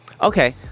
Okay